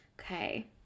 Okay